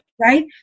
Right